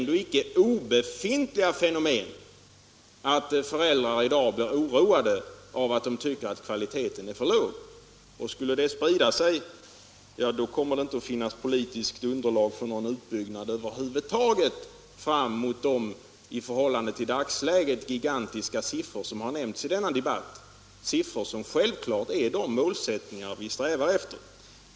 Det är icke obefintliga fenomen att föräldrar i dag bliroroade — av att de tycker att kvaliteten är för låg. Skulle den uppfattningen sprida — Om utbyggnaden av sig kommer det inte att finnas politiskt underlag för någon utbyggnad barnomsorgen över huvud taget fram mot de i förhållande till dagsläget gigantiska siffror som har nämnts i denna debatt — siffror som självklart är de målsättningar vi strävar efter.